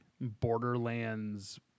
borderlands